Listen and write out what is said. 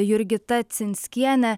jurgita cinskiene